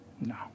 No